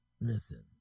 listen